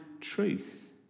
truth